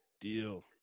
Deal